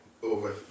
over